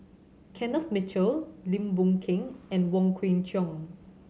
Kenneth Mitchell Lim Boon Keng and Wong Kwei Cheong